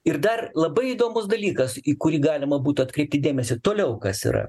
ir dar labai įdomus dalykas į kurį galima būtų atkreipti dėmesį toliau kas yra